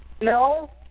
No